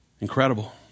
Incredible